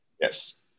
yes